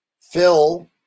Phil